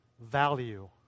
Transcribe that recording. value